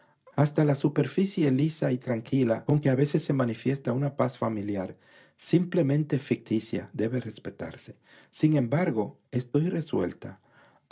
hasta la superficie lisa y tranquila con que a veces se manifiesta una paz familiar simplemente ficticia debe respetarse sin embargo estoy resuelta